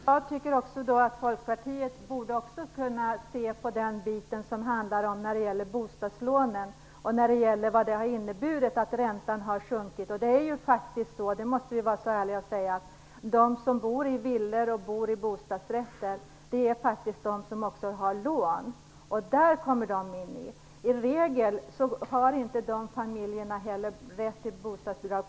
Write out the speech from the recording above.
Herr talman! Jag tycker att Folkpartiet också borde kunna se till den del som handlar om bostadslånen och om vad det har inneburit att räntan har sjunkit. Vi måste faktiskt vara ärliga och säga att det är de familjer som bor i villor och bostadsrätter som också har lån. I regel har inte de familjerna heller rätt till bostadsbidrag.